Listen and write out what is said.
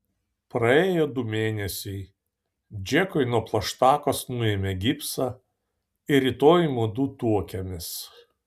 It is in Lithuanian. praėjo du mėnesiai džekui nuo plaštakos nuėmė gipsą ir rytoj mudu tuokiamės